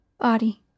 body